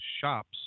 shops